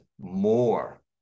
more